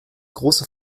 große